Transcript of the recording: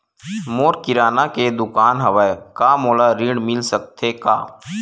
मोर किराना के दुकान हवय का मोला ऋण मिल सकथे का?